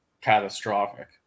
catastrophic